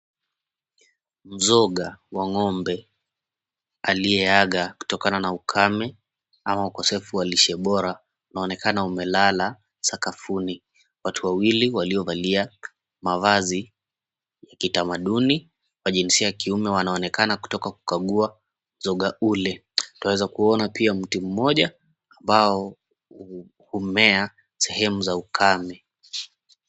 Mzoga wa ng'ombe aliyeaga kutokana na ukame ama ukosefu wa lishe bora, unaonekana umelala sakafuni. Watu wawili waliovalia mavazi ya kitamaduni wa jinsia ya kiume wanaonekana kutoka kukagua mzoga ule. Twaweza kuona pia mti mmoja ambao humea sehemu za ukame.